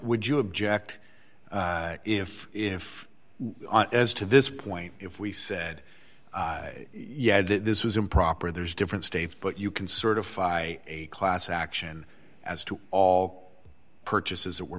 would you object if if as to this point if we said yeah this was improper there's different states but you can certify a class action as to all purchases